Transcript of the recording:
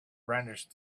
brandished